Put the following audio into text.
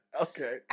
Okay